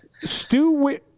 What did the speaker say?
Stu